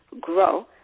grow